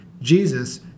Jesus